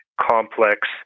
complex